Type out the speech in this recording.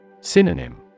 Synonym